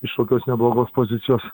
iš tokios neblogos pozicijos